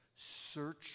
search